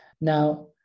Now